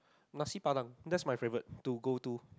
Nasi-Padang that's my favourite to go to